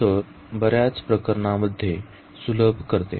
तर हे बर्याच प्रकरणांमध्ये सुलभ करते